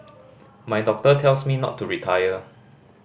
my doctor tells me not to retire